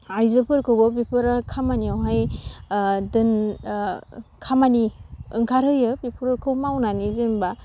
आइजोफोरखौबो बेफोरो खामानियावहाय दोन खामानि ओंखार होयो बेफोरखौ मावनानै जेनबा